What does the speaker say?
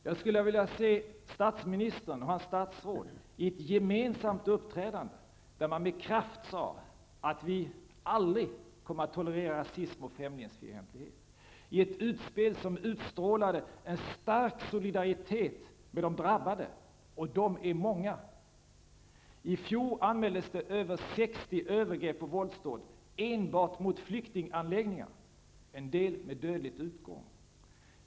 Jag skulle vilja se statsministern och hans statsråd i ett gemensamt uppträdande, där man med kraft sade att man aldrig kommer att tolerera rasism och främlingsfientlighet. Det skulle vara ett utspel som utstrålade en stark solidaritet med de drabbade, och de är många. I fjol anmäldes över 60 övergrepp och våldsdåd enbart mot flyktinganläggningar, en del med dödlig utgång.